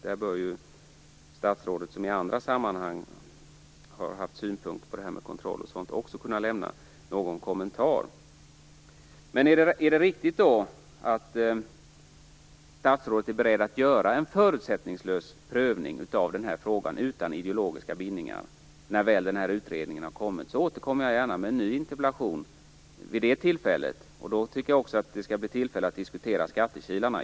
Där bör statsrådet, som i andra sammanhang haft synpunkter på det här med kontroll, kunna lämna någon kommentar. Är statsrådet är beredd att göra en förutsättningslös prövning av frågan utan ideologiska vinningar när väl utredningen har kommit, så återkommer jag gärna med en ny interpellation vid det tillfället. Då tycker jag också att vi skall diskutera skattekilarna.